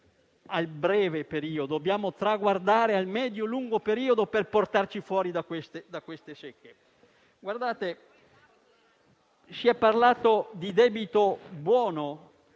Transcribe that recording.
il breve periodo. Dobbiamo traguardare il medio-lungo periodo per portarci fuori da queste secche. Si è parlato di debito buono.